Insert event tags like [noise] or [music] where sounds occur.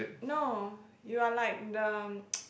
no you are like the [noise]